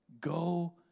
go